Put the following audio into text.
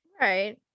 right